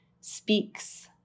speaks